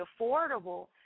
affordable